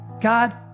God